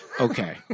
Okay